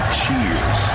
cheers